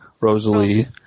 Rosalie